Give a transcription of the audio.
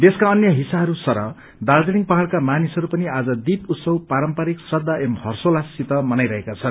देशका अन्य हिस्साहरू सरह दार्जीलिङ पहाड़का मानिसहरू पनि आज दीप उत्सव पारमपरिक श्रदा एवं हषोल्ताससित मनाइरहेका छन्